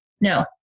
No